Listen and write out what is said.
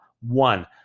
one